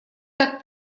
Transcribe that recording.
так